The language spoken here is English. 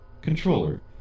Controller